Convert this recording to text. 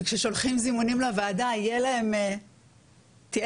שכששולחים זימונים לוועדה תהיה להם כותרת,